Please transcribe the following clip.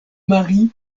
marient